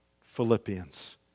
Philippians